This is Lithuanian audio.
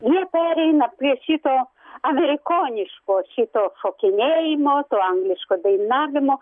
jie pereina prie šito amerikoniško šito šokinėjimo to angliško dainavimo